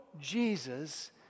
Jesus